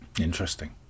Interesting